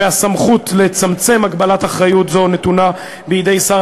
אחריותה של חברת